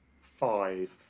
five